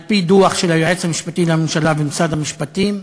על-פי דוח של היועץ המשפטי לממשלה ומשרד המשפטים,